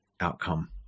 outcome